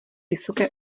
vysoké